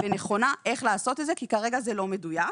ונכונה איך לעשות את זה כי כרגע זה לא מדויק.